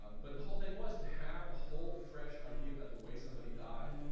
um but the whole thing was to have a whole fresh idea about the way somebody died,